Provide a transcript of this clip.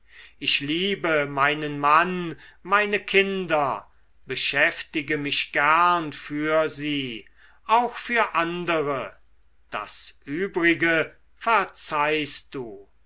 ich liebe meinen mann meine kinder beschäftige mich gern für sie auch für andere das übrige verzeihst du